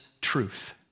truth